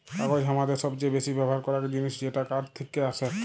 কাগজ হামাদের সবচে বেসি ব্যবহার করাক জিনিস যেটা কাঠ থেক্কে আসেক